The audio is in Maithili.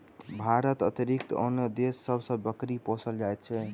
भारतक अतिरिक्त आनो देश सभ मे बकरी पोसल जाइत छै